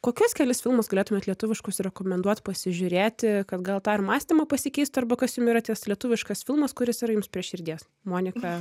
kokius kelis filmus galėtumėt lietuviškus rekomenduot pasižiūrėti kad gal tą ir mąstymą pasikeistų arba kas jum yra tas lietuviškas filmas kuris yra jums prie širdies monika